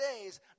days